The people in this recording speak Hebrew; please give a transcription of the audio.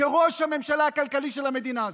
כראש הממשלה הכלכלי של המדינה הזאת,